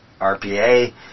RPA